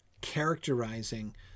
characterizing